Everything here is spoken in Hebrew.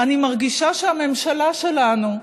אני מרגישה שהממשלה שלנו,